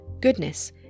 Goodness